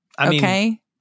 Okay